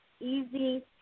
easy